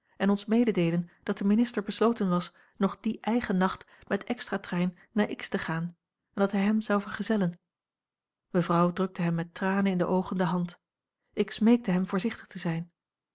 en ons mededeelen dat de minister besloten was nog dien eigen nacht met extra-trein naar x te gaan en dat hij hem zou vergezellen mevrouw drukte hem met tranen in de oogen de hand ik smeekte hem voorzichtig te zijn